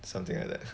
something like that